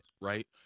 right